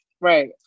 Right